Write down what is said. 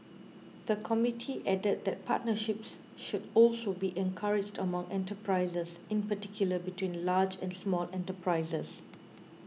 the committee added that partnerships should also be encouraged among enterprises in particular between large and small enterprises